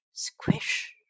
Squish